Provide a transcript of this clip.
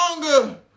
longer